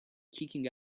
kicking